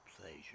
pleasure